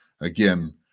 Again